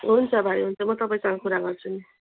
हुन्छ भाइ हुन्छ म तपाईँसँग कुरा गर्छु नि